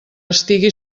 estigui